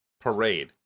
Parade